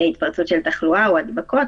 אין התפרצות של תחלואה או הדבקות,